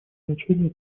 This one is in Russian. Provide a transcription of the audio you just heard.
значение